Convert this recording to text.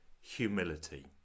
humility